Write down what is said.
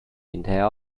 hinterher